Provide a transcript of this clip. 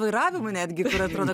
vairavimui netgi atrodo